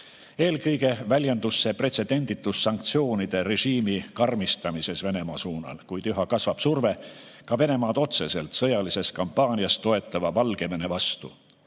Eelkõige väljendus see pretsedenditus sanktsioonide režiimi karmistamises Venemaa suunal, kuid üha kasvab surve ka Venemaad otseselt sõjalises kampaanias toetava Valgevene vastu.